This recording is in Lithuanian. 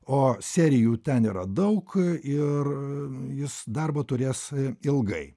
o serijų ten yra daug ir jis darbo turės ilgai